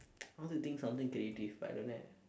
I want to think something creative but I don't have